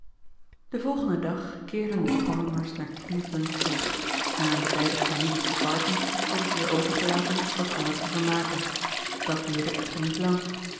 den volgenden dag keerden de palmers naar cleveland terug en aan de beide families te barton werd het weer overgelaten elkander te vermaken dat duurde echter niet lang